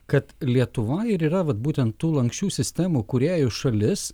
kad lietuva ir yra vat būtent tų lanksčių sistemų kūrėjų šalis